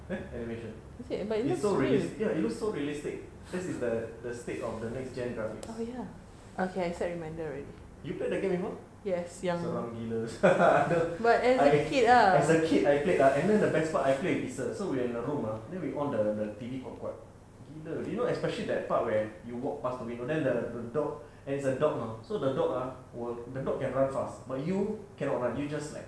there animation is so realistic ya it looks so realistic this is the the state of the next gen graphics you play that game before seram gila sia I as a kid I played ah and then the best part I play is err so we were in the room ah then we on the T_V kuat kuat gila you know especially the part where you walk pass the window then the dog and it's a dog you know so the dog ah will the dog can run fast but you cannot run you just like